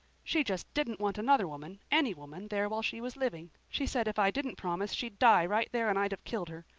she just didn't want another woman any woman there while she was living. she said if i didn't promise she'd die right there and i'd have killed her.